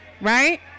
right